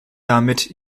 damit